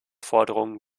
forderungen